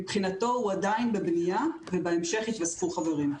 מבחינתו הוא עדיין בבנייה ובהמשך יתוספו חברים.